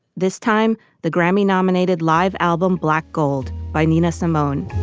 this time, the grammy nominated live album black gold by nina simone